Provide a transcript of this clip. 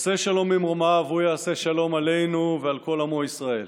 עושה שלום במרומיו הוא יעשה שלום עלינו ועל כל עמו ישראל.